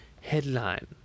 headline